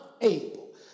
able